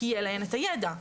יהיה להן את הידע.